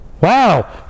Wow